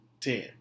ten